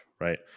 right